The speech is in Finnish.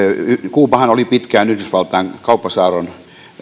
kuubahan oli pitkään yhdysvaltain kauppasaarron